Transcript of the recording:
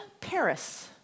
Paris